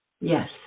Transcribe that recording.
yes